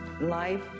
life